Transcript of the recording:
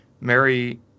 Mary